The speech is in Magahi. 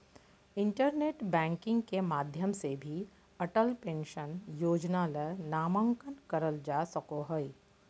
इंटरनेट बैंकिंग के माध्यम से भी अटल पेंशन योजना ले नामंकन करल का सको हय